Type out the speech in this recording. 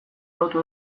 lotu